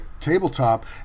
tabletop